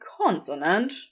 consonant